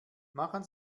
machen